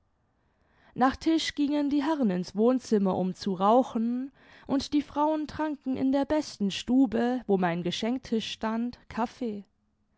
nach tisch gingen die herren ins wohnzimmer um zu rauchen und die frauen tranken in der besten stube wo mein geschenktisch stand kaffee